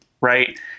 Right